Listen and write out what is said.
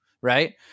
right